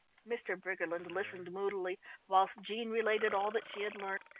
mr. briggerland listened moodily whilst jean related all that she had learnt,